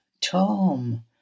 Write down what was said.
Tom